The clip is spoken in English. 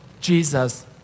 Jesus